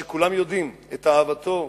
שכולם יודעים את אהבתו,